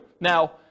Now